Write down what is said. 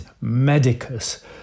medicus